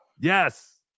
Yes